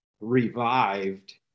revived